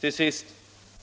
Till sist: